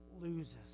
loses